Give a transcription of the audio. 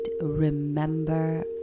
remember